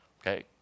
okay